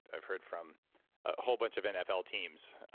i've heard from a whole bunch of nfl teams,